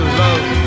love